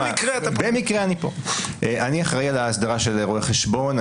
אני אחראי על ההסדרה של רואי חשבון,